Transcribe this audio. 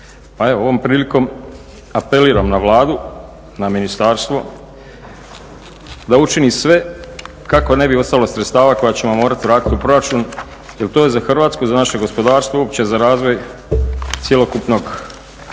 ovom prilikom apeliram na Vladu, na ministarstvo da učini sve kako ne bi ostalo sredstava koja ćemo morati vratiti u proračun jer to je za Hrvatsku i za naše gospodarstvo, uopće za razvoj cjelokupnog,